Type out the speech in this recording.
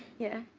yeah.